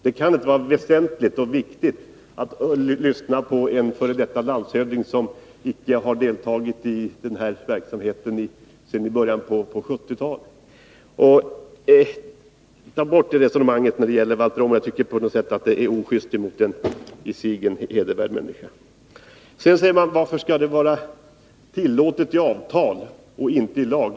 Det kan inte vara väsentligt att lyssna på en f. d. landshövding som icke har deltagit i den här verksamheten sedan början av 1970-talet. Slopa det där resonemanget när det gäller Valter Åman! Jag tycker att det på något sätt är ojust mot en i sig hedervärd människa. Sedan säger man: Varför skall det vara tillåtet i avtal och inte i lag?